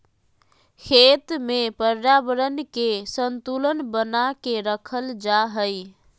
खेत में पर्यावरण के संतुलन बना के रखल जा हइ